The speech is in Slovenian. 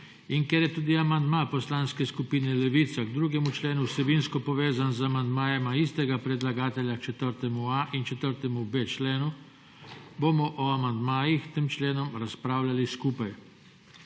in ker je tudi amandma Poslanske skupine Levica k 2. členu vsebinsko povezan z amandmajema istega predlagatelja k 4.a in 4.b členu, bomo o amandmajih k tem členom razpravljali skupaj.